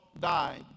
died